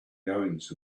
goings